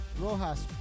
Rojas